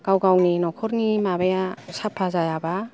गाव गावनि नखरनि माबाया साफा जायाबा